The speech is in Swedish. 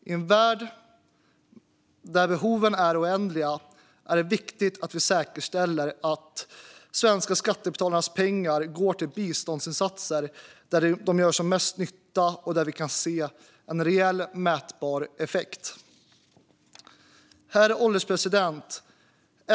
I en värld där behoven är oändliga är det viktigt att vi säkerställer att svenska skattebetalares pengar går till de biståndsinsatser där de gör mest nytta och där vi kan se en reell mätbar effekt. Herr ålderspresident!